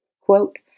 Quote